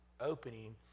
opening